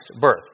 birth